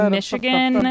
Michigan